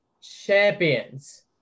champions